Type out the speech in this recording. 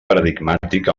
paradigmàtic